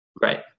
Right